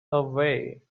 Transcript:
away